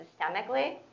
systemically